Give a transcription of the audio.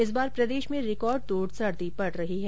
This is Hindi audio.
इस बार प्रदेश में रिकॉर्ड तोड़ सर्दी पड़ रही है